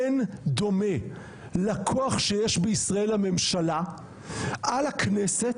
אין דומה לכוח שיש בישראל לממשלה על הכנסת,